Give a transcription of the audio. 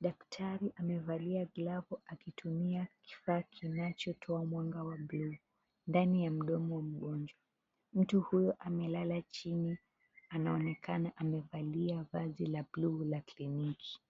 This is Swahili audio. daktari amevalia glavu akitumia kifaa kinachotoa mwanga wa blue . Ndani ya mdomo wa mgonjwa. Mtu huyo amelala chini anaonekana amevalia vazi la blue la kliniki.